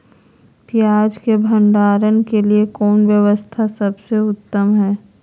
पियाज़ के भंडारण के लिए कौन व्यवस्था सबसे उत्तम है?